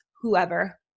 whoever